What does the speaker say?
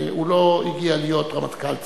כי הוא לא הגיע להיות רמטכ"ל צה"ל.